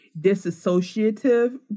disassociative